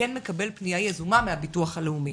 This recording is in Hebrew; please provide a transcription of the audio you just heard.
וכן מקבל פנייה יזומה מהביטוח הלאומי.